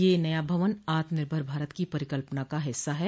यह नया भवन आत्मनिर्भर भारत की परिकल्पना का हिस्सा है